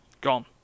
gone